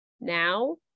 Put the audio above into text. now